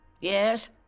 Yes